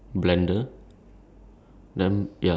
mine mine write only smoo~ smoothies